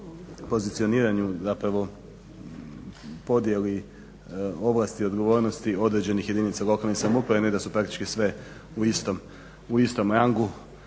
pozicioniranju zapravo podjeli ovlasti, odgovornosti određenih jedinica lokalne samouprave, ne da su praktički sve u istom rangu